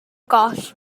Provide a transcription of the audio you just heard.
goll